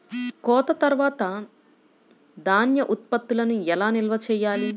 కోత తర్వాత ధాన్య ఉత్పత్తులను ఎలా నిల్వ చేయాలి?